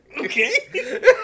Okay